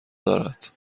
دارد